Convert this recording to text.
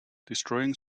destroying